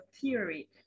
theory